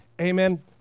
Amen